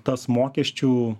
tas mokesčių